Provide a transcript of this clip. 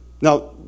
Now